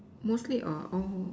mostly or all